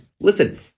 listen